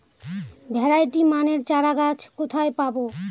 Variety মানের চারাগাছ কোথায় পাবো?